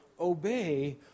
obey